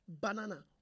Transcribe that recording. banana